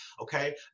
okay